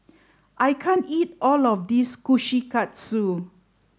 I can't eat all of this Kushikatsu